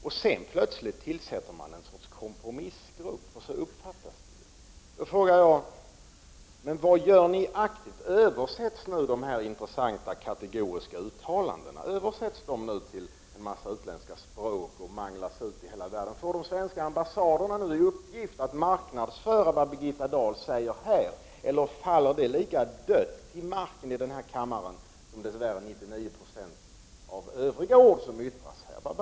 Men så plötsligt tillsätts en sorts kompromissgrupp — det är ju så det hela uppfattas. Då frågar jag: Vad gör ni aktivt? Översätts de här intressanta kategoriska uttalandena till en mängd språk för att sedan manglas ut till hela världen? Får de svenska ambassaderna i uppgift att marknadsföra vad Birgitta Dahl säger här, eller faller dessa ord, skulle jag vilja säga, lika dött till marken som, dess värre, 99 Jo av övriga ord som uttrycks här i kammaren gör?